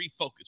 refocus